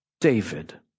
David